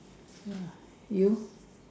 ya you